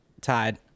tied